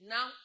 Now